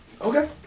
Okay